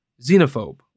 Xenophobe